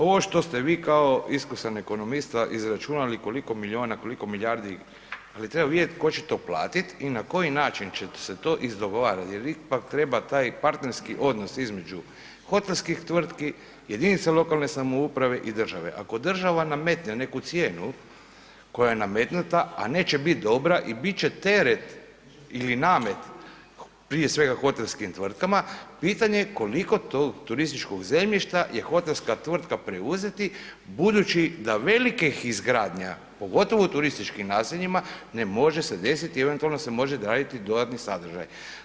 Ovo što ste vi kao iskusan ekonomista izračunali koliko milijona, koliko milijardi, ali treba vidjet ko će to platit i na koji način će se to izdogovorat jer ipak treba taj partnerski odnos između hotelskih tvrtki, jedinica lokalne samouprave i države, ako država nametne neku cijenu koja je nametnuta, a neće bit dobra i bit će teret ili namet prije svega hotelskim tvrtkama, pitanje je koliko tog turističkog zemljišta je hotelska tvrtka preuzeti budući da velikih izgradnja, pogotovo u turističkim naseljima ne može se desiti, eventualno se može graditi dodatni sadržaj.